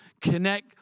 connect